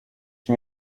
czy